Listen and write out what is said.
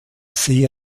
see